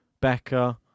becker